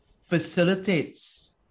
facilitates